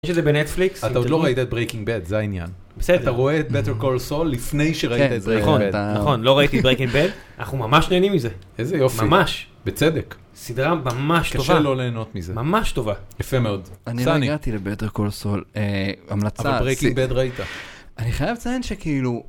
יש את זה בנטפליקס אתה עוד לא ראית את breaking bad זה העניין בסדר אתה רואה את בטר קול סול לפני שראית את breaking bad נכון נכון לא ראיתי את breaking bad אנחנו ממש נהנים מזה איזה יופי ממש בצדק סדרה ממש טובה קשה לא להנות מזה ממש טובה יפה מאוד אני רגעתי לבטר קול סול המלצה אני חייב לציין שכאילו